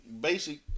basic